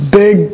big